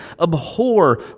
abhor